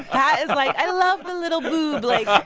i like i love the little boob. like,